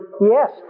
Yes